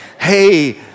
hey